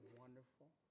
wonderful